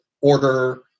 order